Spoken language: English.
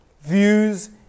views